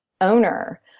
owner